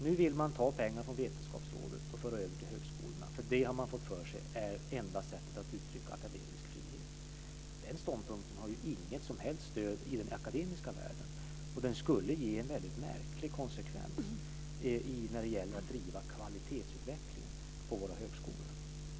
Nu vill man ta pengar från Vetenskapsrådet och föra över till högskolorna, för man har fått för sig att det är enda sättet att uttrycka akademisk frihet. Den ståndpunkten har inget som helst stöd i den akademiska världen, och den skulle ge en väldigt märklig konsekvens när det gäller att driva kvalitetsutvecklingen på våra högskolor.